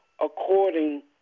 according